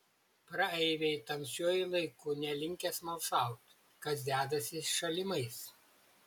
praeiviai tamsiuoju laiku nelinkę smalsaut kas dedasi šalimais